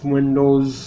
Windows